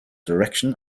direction